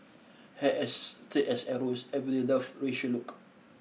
hair as straight as arrows everybody loved Rachel look